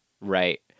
Right